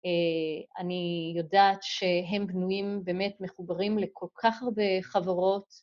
אני יודעת שהם בנויים באמת מחוברים לכל כך הרבה חברות.